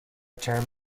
term